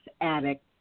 addict